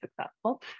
successful